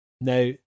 Now